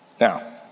Now